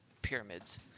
pyramids